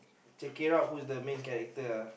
check it out who's the main character uh